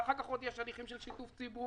ואחר כך עוד יש הליכים של שיתוף ציבור.